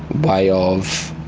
way of